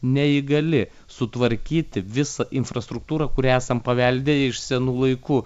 neįgali sutvarkyti visą infrastruktūrą kurią esam paveldėję iš senų laikų